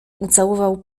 ucałował